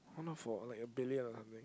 why not for like a billion or something